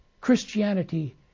Christianity